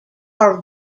are